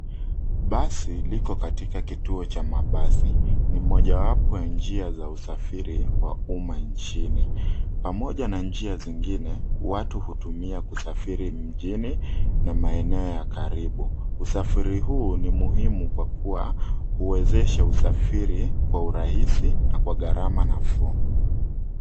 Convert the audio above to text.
Basi liko katika kituo cha mabasi. Ni mojawapo ya njia ya usafiri wa umma nchini. Pamoja na njia zingine, watu hutumiakusafiri mjini na maeneo ya karibu. Usafiri huu ni muhimu kwa kuwa huwezesha usafiri kwa urahisi na kwa gharama nafuu.